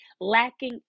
lacking